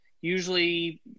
usually